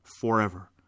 forever